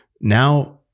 now